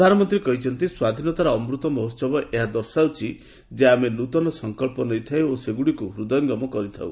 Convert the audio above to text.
ପ୍ରଧାନମନ୍ତ୍ରୀ କହିଛନ୍ତି ସ୍ୱାଧୀନତାର 'ଅମୃତ ମହୋହବ' ଏହା ଦର୍ଶାଉଛି ଯେ ଆମେ ନୃତନ ସଙ୍କଳ୍ପ ନେଇଥାଉ ଓ ସେଗୁଡ଼ିକୁ ହୃଦୟଙ୍ଗମ କରିଥାଉ